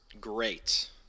great